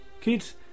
Kids